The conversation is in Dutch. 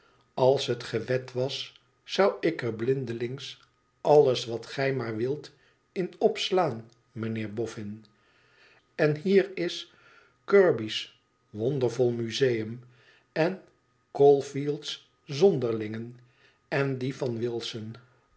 als het gewed was zou ik er blindelings alles wat gij maar wilt in opslaan mijnheer boffin len hier is kirby's t wondervol museum en caulfield's zonderlingen en die van wilson